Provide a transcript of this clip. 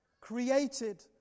created